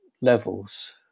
levels